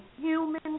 human